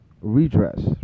redress